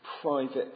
private